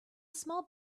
small